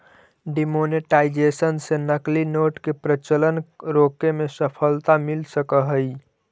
demonetisation से नकली note के प्रचलन रोके में सफलता मिल सकऽ हई